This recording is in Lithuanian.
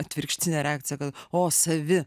atvirkštinė reakcija kad o savi